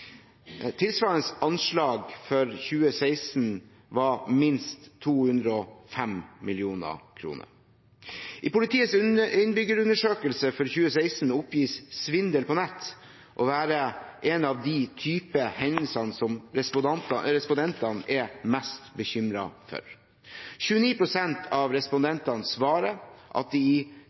Tilsvarende anslag for 2016 var på minst 205 mill. kr. I politiets innbyggerundersøkelse for 2016 oppgis svindel på nett å være en av de typer hendelser som respondentene er mest bekymret for. 29 pst. av respondentene svarer at de i